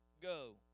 go